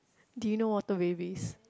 did you know water babies